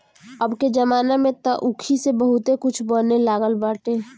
अबके जमाना में तअ ऊखी से बहुते कुछ बने लागल बाटे